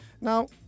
Now